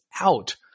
out